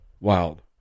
wild